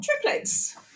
triplets